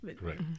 Right